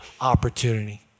opportunity